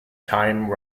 time